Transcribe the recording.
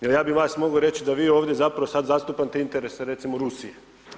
Jer ja bih vas mogao reći, da vi ovdje zapravo sad zastupate interese recimo Rusije.